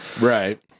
Right